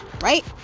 right